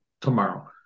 tomorrow